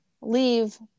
leave